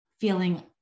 feeling